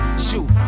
Shoot